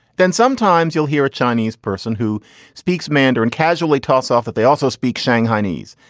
then sometimes you'll hear a chinese person who speaks mandarin casually toss off that they also speak shanghainese.